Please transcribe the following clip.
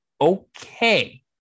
okay